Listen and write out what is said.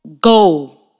Go